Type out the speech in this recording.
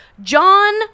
John